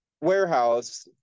warehouse